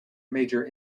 major